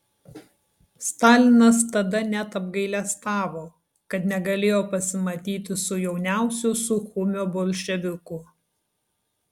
stalinas tada net apgailestavo kad negalėjo pasimatyti su jauniausiu suchumio bolševiku